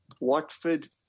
Watford